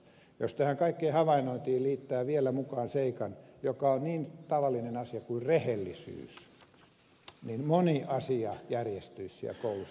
jos tähän kaikkeen havainnointiin liittää vielä mukaan seikan joka on niin tavallinen asia kuin rehellisyys niin moni asia järjestyisi siellä koulussa aivan toisella lailla